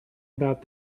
about